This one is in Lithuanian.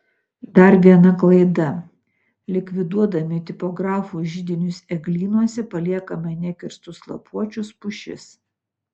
dar viena klaida likviduodami tipografų židinius eglynuose paliekame nekirstus lapuočius pušis